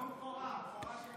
נאום בכורה, בכורה, אה, באמת?